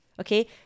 Okay